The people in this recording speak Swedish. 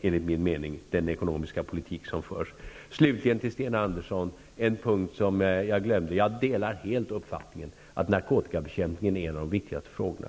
enligt min mening den ekonomiska politik som förs. Slutligen vill jag kommentera något som Sten Andersson i Malmö tog upp och som jag glömde. Jag delar helt uppfattningen att narkotikabekämpningen är en av de viktigaste frågorna.